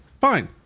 fine